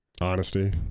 honesty